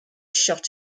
shot